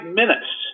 minutes